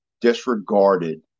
disregarded